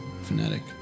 fanatic